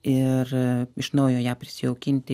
ir iš naujo ją prisijaukinti